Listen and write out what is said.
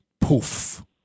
poof